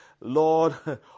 Lord